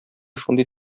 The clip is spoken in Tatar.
шундый